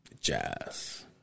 Jazz